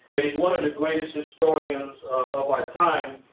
and he's one of the greatest historians of our time.